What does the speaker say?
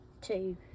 two